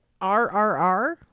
RRR